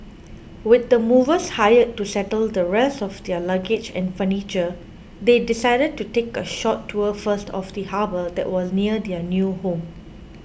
with the movers hired to settle the rest of their luggage and furniture they decided to take a short tour first of the harbour that was near their new home